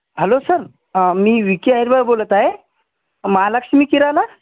hello sir मी विकी अहिरबाय बोलत आहे महालक्ष्मी किराणा